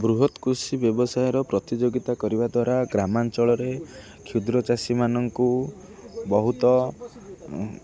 ବୃହତ୍ କୃଷି ବ୍ୟବସାୟର ପ୍ରତିଯୋଗିତା କରିବା ଦ୍ୱାରା ଗ୍ରାମାଞ୍ଚଳରେ କ୍ଷୁଦ୍ର ଚାଷୀମାନଙ୍କୁ ବହୁତ